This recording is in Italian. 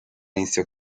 inizio